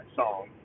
song